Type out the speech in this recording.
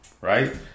right